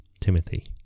Timothy